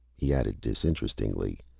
he added disinterestedly.